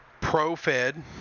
pro-Fed